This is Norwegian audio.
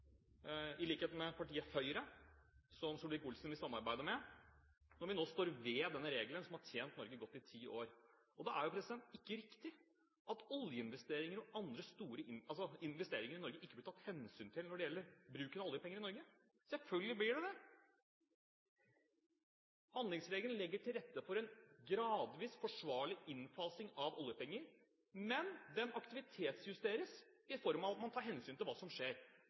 i likhet med paritet Høyre – som Solvik-Olsen nå vil samarbeide med – når vi nå står ved denne regelen som har tjent Norge godt i ti år. Da er det ikke riktig at oljeinvesteringer og andre store investeringer i Norge ikke blir tatt hensyn til når det gjelder bruken av oljepenger i Norge. Selvfølgelig blir det det. Handlingsregelen legger til rette for en gradvis, forsvarlig innfasing av oljepenger, men den aktivitetsjusteres i form av at man tar hensyn til hva som skjer,